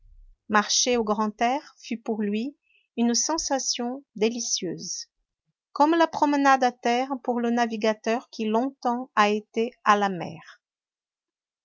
marcher au grand air fut pour lui une sensation délicieuse comme la promenade à terre pour le navigateur qui longtemps a été